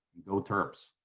go terps.